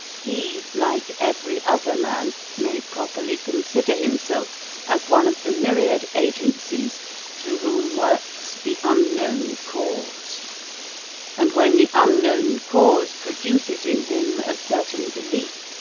he, like every other man, may properly consider himself as one of the myriad agencies through whom works the unknown cause and when the unknown cause produces in him a certain belief,